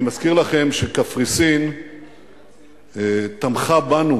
אני מזכיר לכם שקפריסין תמכה בנו